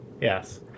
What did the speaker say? Yes